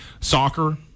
soccer